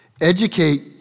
Educate